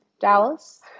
Dallas